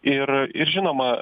ir ir žinoma